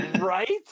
Right